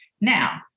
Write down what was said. Now